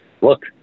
look